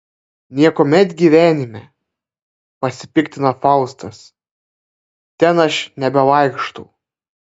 niekuomet gyvenime pasipiktina faustas ten aš nebevaikštau